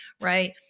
right